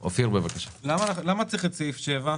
למה צריך את סעיף 7,